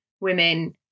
women